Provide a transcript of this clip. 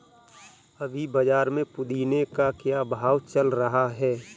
अभी बाज़ार में पुदीने का क्या भाव चल रहा है